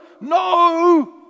no